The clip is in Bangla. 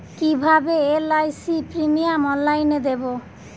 কিভাবে এল.আই.সি প্রিমিয়াম অনলাইনে দেবো?